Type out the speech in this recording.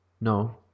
No